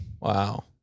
Wow